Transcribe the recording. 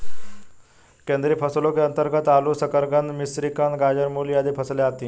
कंदीय फसलों के अंतर्गत आलू, शकरकंद, मिश्रीकंद, गाजर, मूली आदि फसलें आती हैं